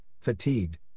Fatigued